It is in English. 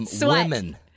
Women